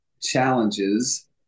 challenges